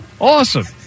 Awesome